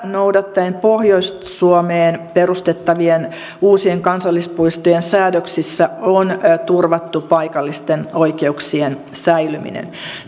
noudattaen pohjois suomeen perustettavien uusien kansallispuistojen säädöksissä on turvattu paikallisten oikeuksien säilyminen